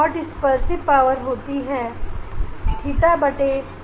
और dispersive power dθdƛ होती है